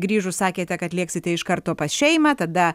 grįžus sakėte kad lėksite iš karto pas šeimą tada